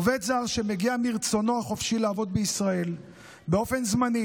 עובד זר שמגיע מרצונו החופשי לעבוד בישראל באופן זמני